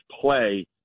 play